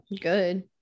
Good